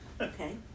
Okay